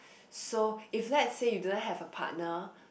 so if let's say you do not have a partner